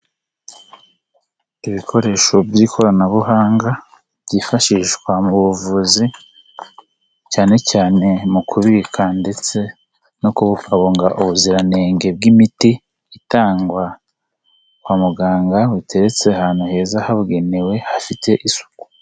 Ibikoresho by'ikoranabuhanga byifashishwa mu buvuzi, cyane cyane mu kubika ndetse no kubungabunga ubuziranenge bw'imiti itangwa kwa muganga buteretse ahantu heza hagenewe hafite isuku.